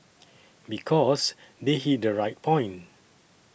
because they hit the right point